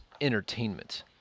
entertainment